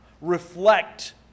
reflect